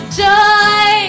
joy